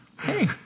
Hey